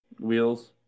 Wheels